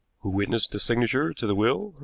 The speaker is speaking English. who witnessed the signature to the will?